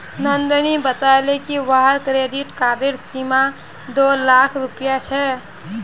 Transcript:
नंदनी बताले कि वहार क्रेडिट कार्डेर सीमा दो लाख रुपए छे